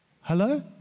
Hello